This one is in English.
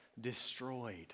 destroyed